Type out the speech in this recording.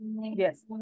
Yes